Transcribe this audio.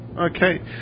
Okay